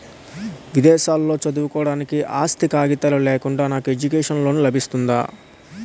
విదేశాలలో చదువుకోవడానికి ఆస్తి కాగితాలు లేకుండా నాకు ఎడ్యుకేషన్ లోన్ లబిస్తుందా?